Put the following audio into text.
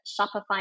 shopify